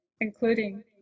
including